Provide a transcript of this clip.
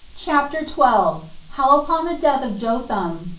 chapter twelve. how upon the death of jotham,